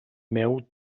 meu